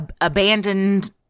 abandoned